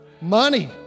Money